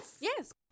Yes